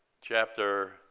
chapter